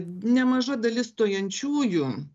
nemaža dalis stojančiųjų